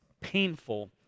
painful